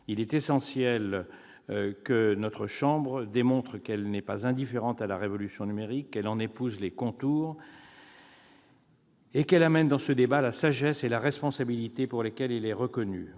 il est essentiel que notre chambre démontre qu'elle n'est pas indifférente à la révolution numérique, qu'elle en épouse les contours et qu'elle amène dans ce débat la sagesse et la responsabilité pour lesquelles elle est reconnue.